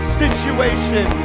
situation